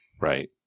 Right